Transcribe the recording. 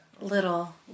little